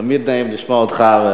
תמיד נעים לשמוע אותך.